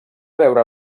veure